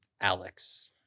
Alex